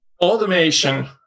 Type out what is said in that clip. Automation